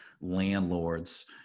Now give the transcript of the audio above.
landlords